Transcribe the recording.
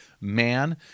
Man